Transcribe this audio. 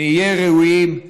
שנהיה ראויים,